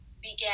began